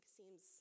seems